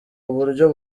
uburyo